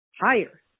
Higher